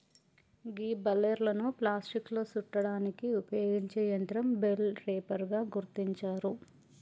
గీ బలేర్లను ప్లాస్టిక్లో సుట్టడానికి ఉపయోగించే యంత్రం బెల్ రేపర్ గా గుర్తించారు